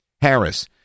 Harris